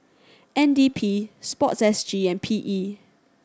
N D P Sport S G and P E